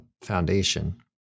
foundation